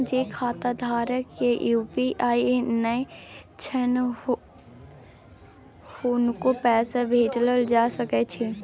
जे खाता धारक के यु.पी.आई नय छैन हुनको पैसा भेजल जा सकै छी कि?